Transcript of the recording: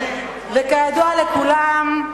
כידוע לכולם,